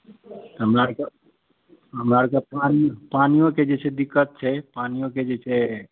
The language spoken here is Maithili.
ई के हमरा आरके हमरा आरके पानि पानियोँके जे छै दिक्कत छै पानियोँके जे छै